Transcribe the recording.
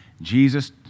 Jesus